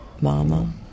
mama